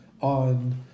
on